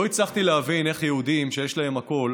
לא הצלחתי להבין איך יהודים שיש להם הכול,